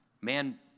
Man